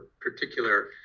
particular